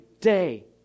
day